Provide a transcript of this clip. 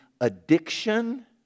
addiction